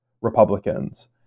Republicans